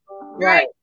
Right